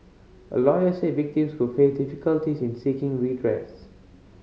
a lawyer said victims could face difficulties in seeking redress